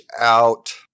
out